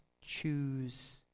choose